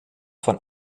von